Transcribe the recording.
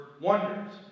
wonders